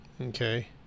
Okay